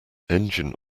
engine